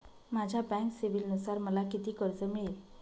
माझ्या बँक सिबिलनुसार मला किती कर्ज मिळेल?